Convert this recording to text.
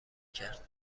کرد